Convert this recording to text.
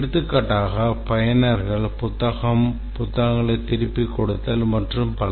எடுத்துக்காட்டாக பயனர்கள் புத்தகம் புத்தகங்களை திருப்பி கொடுத்தல் மற்றும் பல